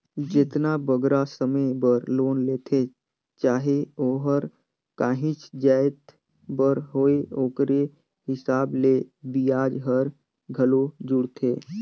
जेतना बगरा समे बर लोन लेथें चाहे ओहर काहींच जाएत बर होए ओकरे हिसाब ले बियाज हर घलो जुड़थे